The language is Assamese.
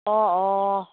অঁ অঁ